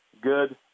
good